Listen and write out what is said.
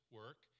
work